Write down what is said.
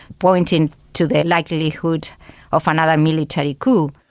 pointing to the likelihood of another military coup.